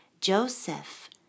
Joseph